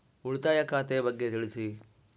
ಉಳಿತಾಯ ಖಾತೆ ಬಗ್ಗೆ ತಿಳಿಸಿ?